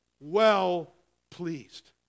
well-pleased